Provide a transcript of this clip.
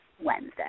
Wednesday